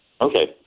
Okay